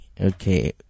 okay